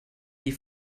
die